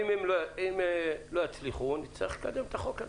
אם הם לא יצליחו, נצטרך לקדם את החוק הזה.